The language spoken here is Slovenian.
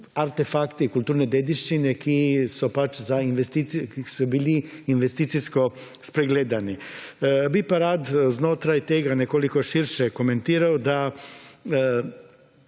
artefakti kulturne dediščine, ki so bili investicijsko spregledani. Bi pa rad znotraj tega nekoliko širše komentiral, da